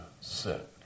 sit